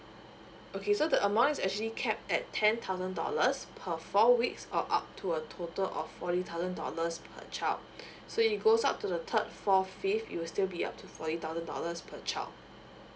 okay so the amount is actually capped at ten thousand dollars per four weeks or up to a total of forty thousand dollars per child so it goes up to the third fourth fifth it will still be up to forty thousand dollars per child